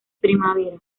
primavera